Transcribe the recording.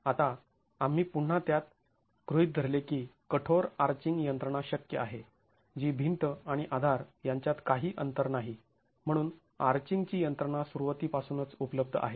आता आम्ही पुन्हा त्यात गृहीत धरले की कठोर आर्चींग यंत्रणा शक्य आहे जी भिंत आणि आधार यांच्यात काही अंतर नाही म्हणून आर्चींग ची यंत्रणा सुरुवातीपासूनच उपलब्ध आहे